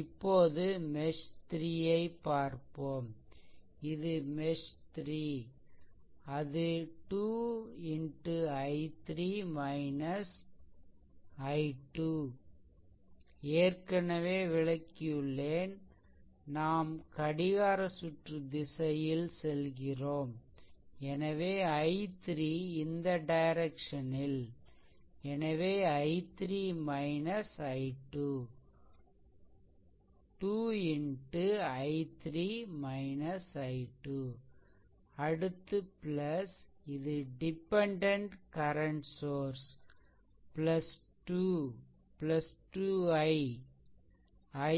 இப்போது மெஷ்3 ஐ பார்ப்போம் இது மெஷ்3 அது 2 x I3 I2 ஏற்கனவே விளக்கியுள்ளேன் நாம் கடிகார சுற்று திசையில் செல்கிறோம் எனவே i3 இந்த டைரெக்சனில் எனவே i3 i2 2 X i3 i2 அடுத்து இது dependent source 2 2 I I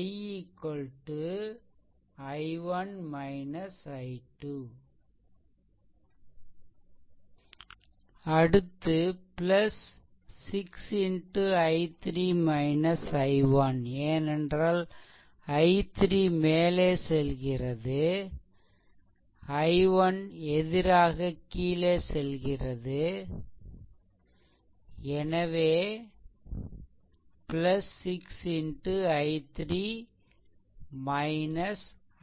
i1 i2 அடுத்து 6 X i3 i1 ஏனென்றால் i3 மேலே செல்கிறது i1 எதிராக கீழே செல்கிறேன் எனவே 6 X i3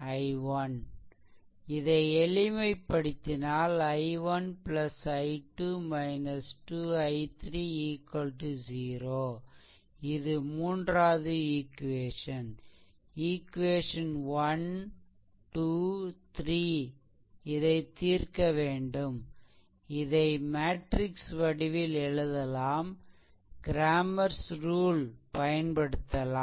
i1 இதை எளிமைப்படுத்தினால் i1 i2 - 2i3 0 இது மூன்றாவது ஈக்வேசன் ஈக்வேசன் 123 தீர்க்கவேண்டும் இதை மேட்ரிக்ஸ் வடிவில் எழுதலாம் க்ரேமர்ஸ் ரூல் Crammer's rule பயன்படுத்தலாம்